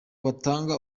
batanga